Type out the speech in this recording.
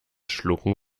schlucken